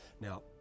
Now